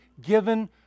given